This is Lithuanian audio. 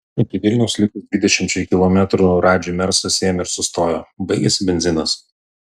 iki vilniaus likus dvidešimčiai kilometrų radži mersas ėmė ir sustojo baigėsi benzinas